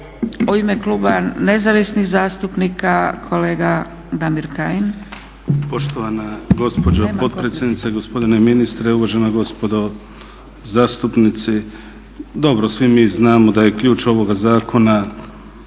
U ime Kluba nezavisnih zastupnika kolega Damir Kajin. **Kajin, Damir (ID - DI)** Poštovana gospođo potpredsjednice, gospodine ministre, uvažena gospodo zastupnici. Dobro, svi mi znamo da je ključ ovoga zakona